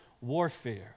warfare